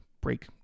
break